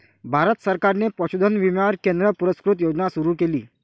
भारत सरकारने पशुधन विम्यावर केंद्र पुरस्कृत योजना सुरू केली